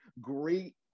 great